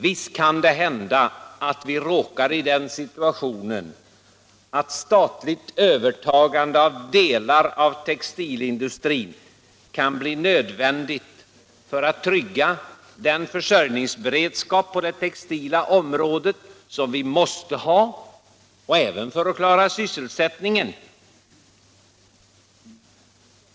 Visst kan det hända att vi råkar i den situationen att statligt övertagande av delar av textilindustrin kan bli nödvändigt för att trygga den försörjningsberedskap på det textila området som vi måste ha och även för att klara sysselsättningen.